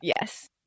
yes